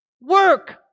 Work